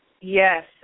Yes